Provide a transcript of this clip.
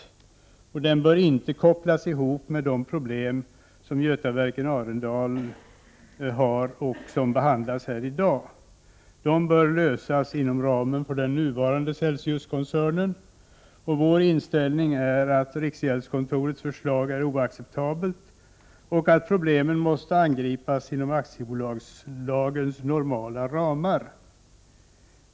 Den bör dessutom inte kopplas ihop med de problem som Götaverken Arendal har och som behandlas här i dag. De bör lösas inom ramen för den nuvarande Celsiuskoncernen. Vår inställning är att riksgäldskontorets förslag är oacceptabelt och att problemen måste angripas inom aktiebolagslagens normala ramar.